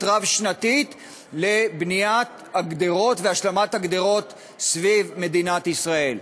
רב-שנתית לבניית הגדרות והשלמת הגדרות סביב מדינת ישראל.